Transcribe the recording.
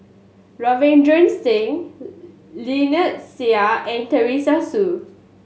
Ravinder Singh Lynnette Seah and Teresa Hsu